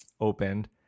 opened